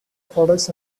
products